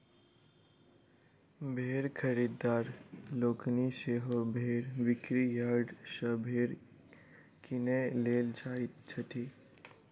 भेंड़ खरीददार लोकनि सेहो भेंड़ बिक्री यार्ड सॅ भेंड़ किनय लेल जाइत छथि